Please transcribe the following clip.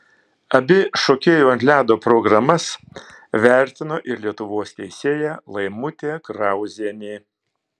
abi šokėjų ant ledo programas vertino ir lietuvos teisėja laimutė krauzienė